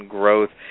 growth